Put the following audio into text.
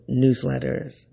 newsletters